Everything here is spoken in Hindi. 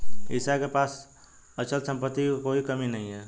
ईशा के पास अचल संपत्ति की कोई कमी नहीं है